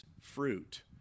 fruit